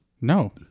No